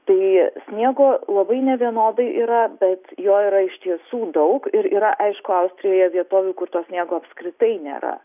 tai sniego labai nevienodai yra bet jo yra iš tiesų daug ir yra aišku austrijoje vietovių kur to sniego apskritai nėra